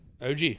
OG